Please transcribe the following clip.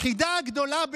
החידה הגדולה בעיניי,